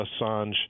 Assange